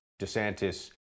DeSantis